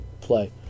play